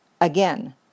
Again